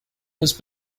has